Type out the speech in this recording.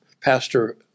pastor